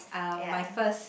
ya